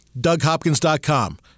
DougHopkins.com